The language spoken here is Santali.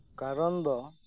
ᱠᱟᱨᱚᱱ ᱫᱚ